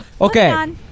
Okay